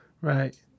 Right